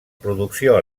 producció